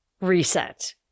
reset